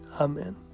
Amen